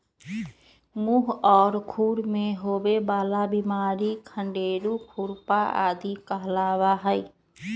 मुह और खुर में होवे वाला बिमारी खंडेरू, खुरपा आदि कहलावा हई